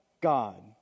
God